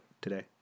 today